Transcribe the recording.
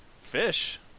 fish